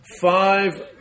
five